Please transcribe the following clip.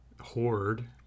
horde